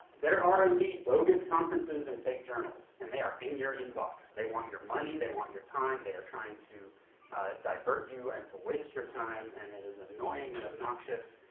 there are indeed bogus conferences and fake journals, and they are in your inbox. they want your money, they want your time, they are trying to divert you, and to waste your time, and it is annoying and obnoxious,